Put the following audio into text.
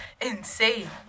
insane